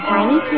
Tiny